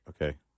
okay